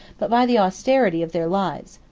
but by the austerity, of their lives.